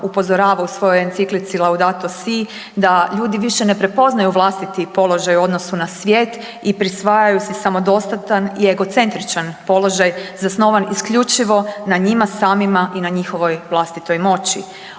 upozorava u svojoj Enciklici Laudato Si da ljudi više ne prepoznaju vlastiti položaj u odnosu na svijet i prisvajaju si samodostatan i egocentričan položaj zasnovan isključivo na njima samima i na njihovoj vlastitoj moći.